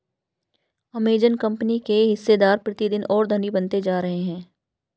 Amazon company के हिस्सेदार प्रतिदिन और धनी बनते जा रहे हैं